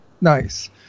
nice